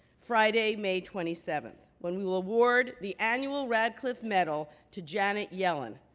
friday, may twenty seven, when we will award the annual radcliffe medal to janet yellen,